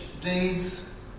deeds